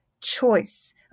choice